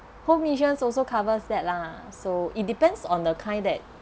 home insurance also covers that lah so it depends on the kind that